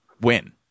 win